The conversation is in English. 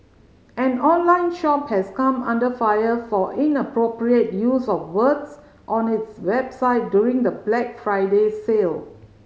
an online shop has come under fire for inappropriate use of words on its website during the Black Friday sale